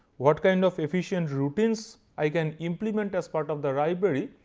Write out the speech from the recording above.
what kind of efficient routines, i can implement as part of the library,